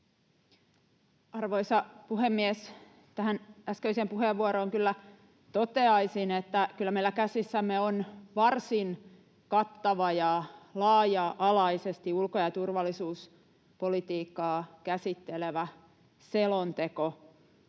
Arvoisa puhemies! Tähän äskeiseen puheenvuoroon kyllä toteaisin, että kyllä meillä käsissämme on varsin kattava ja laaja-alaisesti ulko- ja turvallisuuspolitiikkaa käsittelevä selonteko.